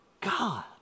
God